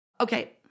Okay